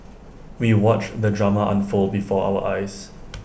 we watched the drama unfold before our eyes